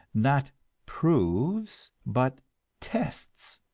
not proves, but tests.